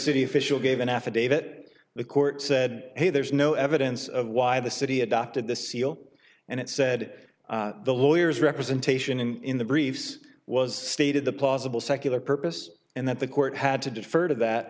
city official gave an affidavit the court said hey there's no evidence of why the city adopted the c e o and it said the lawyers representation in the briefs was stated the plausible secular purpose and that the court had to defer t